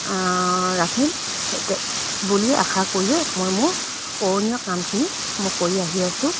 ৰাখিম বুলি আশা কৰিয়ে মই মোৰ কৰণীয় কামখিনি মই কৰি আহি আছোঁ